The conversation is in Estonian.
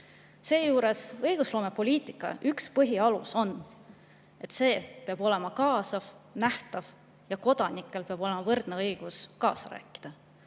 Seejuures õigusloomepoliitika üks põhialus on, et see peab olema kaasav, nähtav ja kodanikel peab olema võrdne õigus kaasa rääkida.